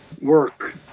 work